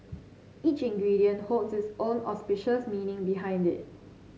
each ingredient holds its own auspicious meaning behind it